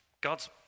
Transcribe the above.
God's